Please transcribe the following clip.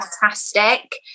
fantastic